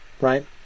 right